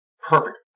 perfect